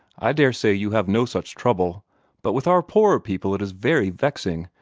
i dare-say you have no such trouble but with our poorer people it is very vexing.